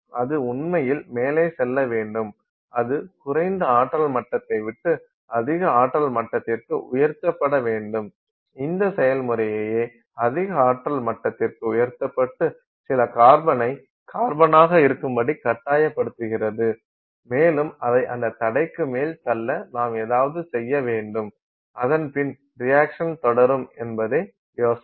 அது உண்மையில் மேலே செல்ல வேண்டும் அது குறைந்த ஆற்றல் மட்டத்தை விட்டு அதிக ஆற்றல் மட்டத்திற்கு உயர்த்தபட வேண்டும் இந்த செயல்முறையே அதிக ஆற்றல் மட்டத்திற்கு உயர்த்தபட்டு சில கார்பனை கார்பனாக இருக்கும்படி கட்டாயப்படுத்துகிறது மேலும் அதை அந்தத் தடைக்கு மேல் தள்ள நாம் ஏதாவது செய்ய வேண்டும் அதன் பின் ரியாக்சன் தொடரும் என்பதே யோசனை